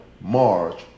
march